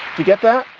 to get that,